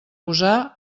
usar